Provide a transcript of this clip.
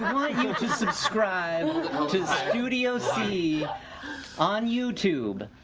um um to subscribe to studio c on youtube.